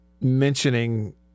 mentioning